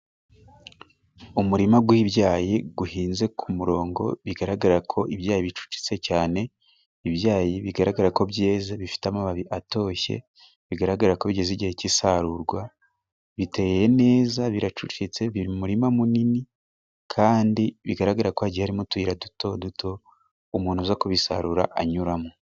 Umurima gw'ibyayi guhinze ku murongo bigaragara ko ibyayi bicucitse cyane, ibyayi bigaragara ko byeze bifite amababi atoshye bigaragara ko bigeze igihe cy'isarurwa, biteye neza biracucitse biri mu murima munini kandi bigaragara ko hagiye harimo utuyira duto duto umuntu uza kubisarura anyuramo.